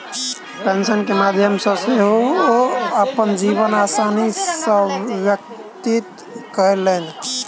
pension के माध्यम सॅ ओ अपन जीवन आसानी सॅ व्यतीत कयलैन